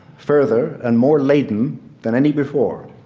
further and more laden than any before,